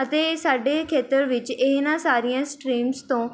ਅਤੇ ਸਾਡੇ ਖੇਤਰ ਵਿੱਚ ਇਹਨਾਂ ਸਾਰੀਆਂ ਸਟ੍ਰੀਮਸ ਤੋਂ